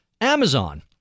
Amazon